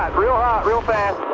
um real hot, real fast.